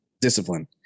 discipline